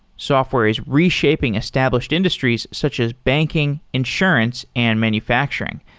software is reshaping established industries, such as banking, insurance and manufacturing.